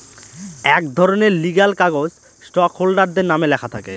এক ধরনের লিগ্যাল কাগজ স্টক হোল্ডারদের নামে লেখা থাকে